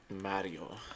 mario